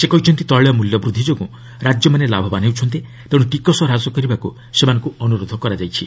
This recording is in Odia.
ସେ କହିଛନ୍ତି ତୈଳମୂଲ୍ୟ ବୃଦ୍ଧି ଯୋଗୁଁ ରାଜ୍ୟମାନେ ଲାଭବାନ୍ ହେଉଛନ୍ତି ତେଣୁ ଟିକସ ହ୍ରାସ କରିବାକୁ ସେମାନଙ୍କୁ ଅନୁରୋଧ କରାଯାଇଛି